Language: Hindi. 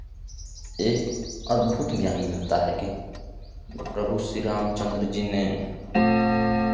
एक अद्भुत ज्ञान मिलता है कि प्रभु श्री राम चंद्र जी ने